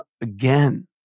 again